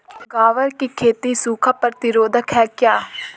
ग्वार की खेती सूखा प्रतीरोधक है क्या?